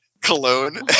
cologne